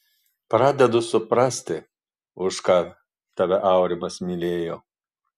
pradedu suprasti už ką tave aurimas mylėjo